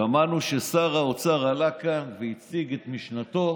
שמענו ששר האוצר עלה לכאן, הציג את משנתו